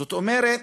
זאת אומרת,